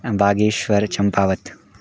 Bageshwar Champawat